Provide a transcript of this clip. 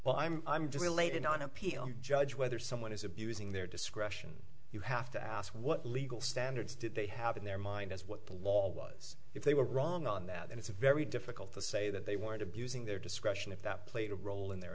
well i'm i'm just elated on appeal judge whether someone is abusing their discretion you have to ask what legal standards did they have in their mind as what the law was if they were wrong on that it's a very difficult to say that they weren't abusing their discretion if that played a role in their